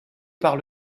par